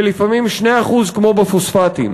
ולפעמים 2% כמו בפוספטים.